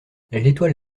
l’étoile